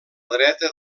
dreta